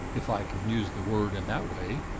if i can use the word in that way,